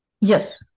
Yes